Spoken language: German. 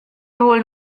holen